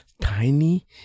tiny